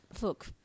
look